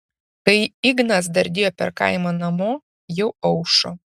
kai ignas dardėjo per kaimą namo jau aušo